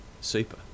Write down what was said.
super